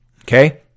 Okay